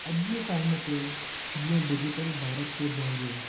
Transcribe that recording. अॼु जे टाइम ते जीअं डिजीटल भारत पियो बणिजे